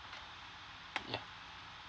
yeah